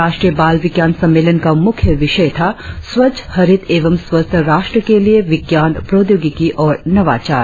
राष्ट्रीय बाल विज्ञान सम्मेलन का मुख्य विषय था स्वच्छ हरित एवं स्वस्थ राष्ट्र के लिए विज्ञान प्रौद्योगिकी और नवाचार